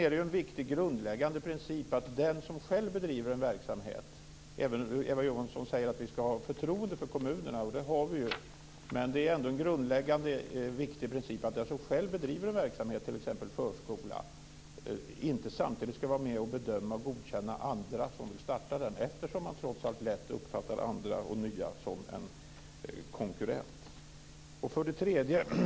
Eva Johansson säger att vi skall ha förtroende för kommunerna, och det har vi. Men det är ändå en grundläggande och viktig princip att den som själv bedriver en verksamhet, t.ex. en förskola, inte samtidigt skall vara med och bedöma och godkänna andra som vill starta en verksamhet eftersom andra och nya trots allt lätt uppfattas som konkurrenter.